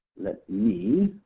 let me,